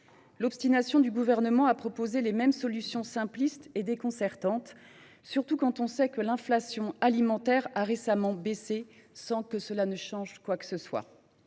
L’obstination du Gouvernement à proposer les mêmes solutions simplistes est déconcertante, surtout quand on sait que l’inflation alimentaire a récemment baissé, sans que cela change quoi que ce soit.